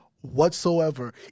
whatsoever